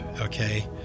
Okay